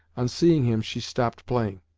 on seeing him she stopped playing.